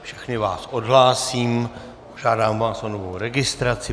Všechny vás odhlásím a žádám vás o novou registraci.